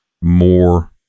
more